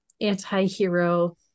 anti-hero